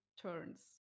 turns